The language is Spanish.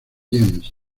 james